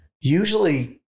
Usually